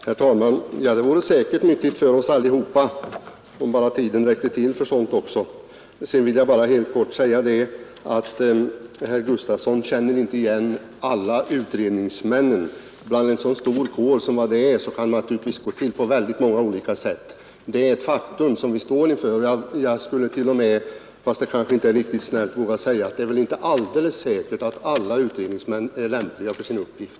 Herr talman! Det vore säkert nyttigt för oss alla, bara tiden räckte till för sådant. Sedan vill jag helt kortfattat säga att herr Gustavsson i Nässjö inte känner igen alla utredningsmännen. Bland en så stor kår kan det naturligtvis gå till på många olika sätt. Jag skulle till och med — fastän det kanske inte är riktigt snällt — vilja säga att det väl inte är alldeles säkert att alla utredningsmän är lämpliga för sin uppgift.